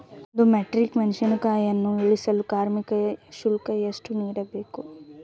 ಒಂದು ಮೆಟ್ರಿಕ್ ಮೆಣಸಿನಕಾಯಿಯನ್ನು ಇಳಿಸಲು ಕಾರ್ಮಿಕ ಶುಲ್ಕ ಎಷ್ಟು ನೀಡಬೇಕು?